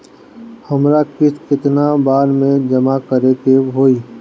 हमरा किस्त केतना बार में जमा करे के होई?